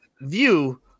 view